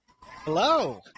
hello